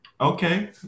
Okay